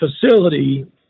facility